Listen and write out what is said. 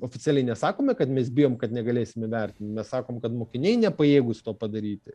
oficialiai nesakome kad mes bijom kad negalėsim įvertint mes sakom kad mokiniai nepajėgūs to padaryti